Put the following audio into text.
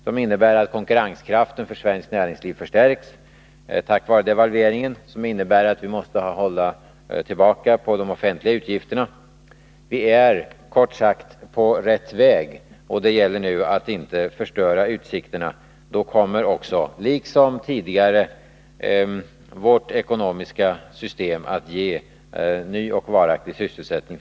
Det innebär att konkurrenskraften för svenskt näringsliv förstärks tack vare devalveringen och att vi måste hålla tillbaka när det gäller de offentliga utgifterna. Vi är, kort sagt, på rätt väg. Det gäller nu att inte förstöra utsikterna. Då kommer också — liksom tidigare varit fallet — vårt ekonomiska system att ge människorna i Kopparbergs län ny och varaktig sysselsättning.